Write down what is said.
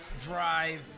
drive